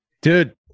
Dude